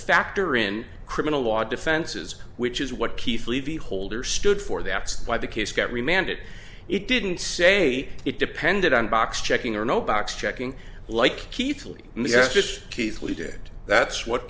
factor in criminal law defenses which is what keith levy holder stood for that's why the case got remained it it didn't say it depended on box checking or no box checking like